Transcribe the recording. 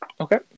Okay